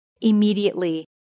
Immediately